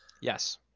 Yes